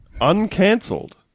uncancelled